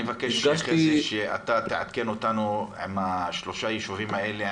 אני מבקש שתעדכן אותנו לגבי שלושת היישובים האלה,